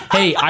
Hey